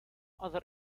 other